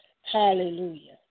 hallelujah